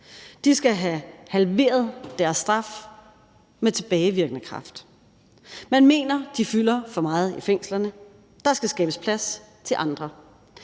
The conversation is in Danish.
De skal have halveret deres straf med tilbagevirkende kraft. Man mener, de fylder for meget i fængslerne, og at der skal skabes plads til andre.